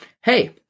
hey